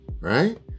right